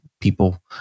people